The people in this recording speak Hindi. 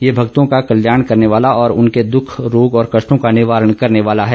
यह भक्तों का कल्याण करने वाला और उनके दख रोग और कष्टों का निवारण करने वाला है